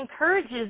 encourages